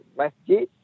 masjid